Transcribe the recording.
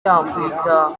yakwita